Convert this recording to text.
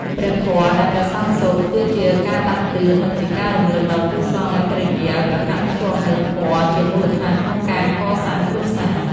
ព្រះធម៌ដែលព្រះសង្ឃសូត្រ គឺជាការដាស់តឿន និងជាការរំលឹកដល់គូស្វាមីភរិយាឲ្យប្រកាន់ខ្ជាប់នូវធម៌ជាមូលដ្ឋានក្នុងការកសាងគ្រួសារ។